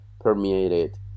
permeated